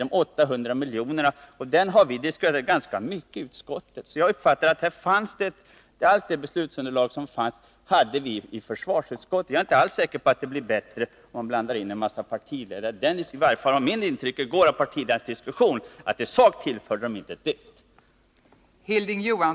Den enda redovisade skillnaden är de 800 miljonerna. Jag uppfattar det alltså så, att allt beslutsunderlag som fanns hade vi i försvarsutskottet. Jag är inte alls säker på att det blir bättre, om man blandar in en mängd partiledare i den diskussionen. I varje fall var mitt intryck i går av partiledarnas diskussion att de i sak inte tillförde ärendet något.